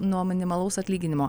nuo minimalaus atlyginimo